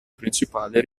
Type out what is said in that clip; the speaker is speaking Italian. principali